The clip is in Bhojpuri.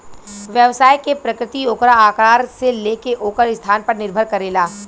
व्यवसाय के प्रकृति ओकरा आकार से लेके ओकर स्थान पर निर्भर करेला